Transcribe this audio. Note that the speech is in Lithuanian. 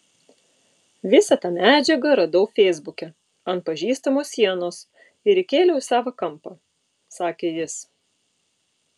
visą tą medžiagą radau feisbuke ant pažįstamo sienos ir įkėliau į savą kampą sakė jis